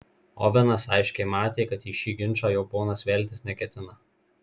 ovenas aiškiai matė kad į šį ginčą jo ponas veltis neketina